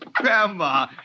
Grandma